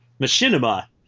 Machinima